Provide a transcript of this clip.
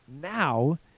Now